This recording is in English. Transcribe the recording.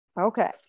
Okay